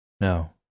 No